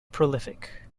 prolific